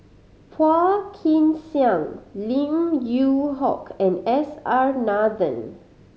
Phua Kin Siang Lim Yew Hock and S R Nathan